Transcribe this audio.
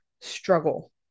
struggle